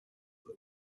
that